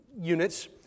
units